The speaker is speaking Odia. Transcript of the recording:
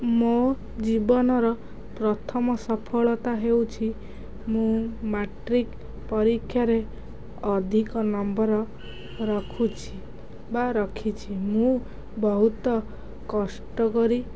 ମୋ ଜୀବନର ପ୍ରଥମ ସଫଳତା ହେଉଛି ମୁଁ ମ୍ୟାଟ୍ରିକ ପରୀକ୍ଷାରେ ଅଧିକ ନମ୍ବର ରଖୁଛି ବା ରଖିଛି ମୁଁ ବହୁତ କଷ୍ଟ କରି